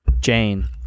Jane